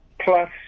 plus